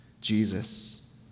Jesus